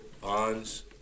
bonds